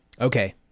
Okay